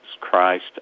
Christ